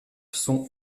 sont